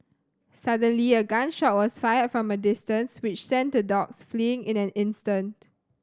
suddenly a gun shot was fired from a distance which sent the dogs fleeing in an instant